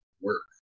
work